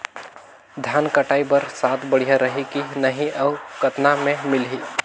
धान कटाई बर साथ बढ़िया रही की नहीं अउ कतना मे मिलही?